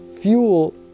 fuel